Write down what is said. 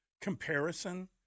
comparison